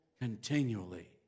continually